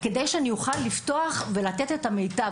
כדי שאוכל לפתוח ולתת את המיטב.